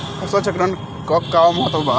फसल चक्रण क का महत्त्व बा?